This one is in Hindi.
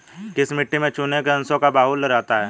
किस मिट्टी में चूने के अंशों का बाहुल्य रहता है?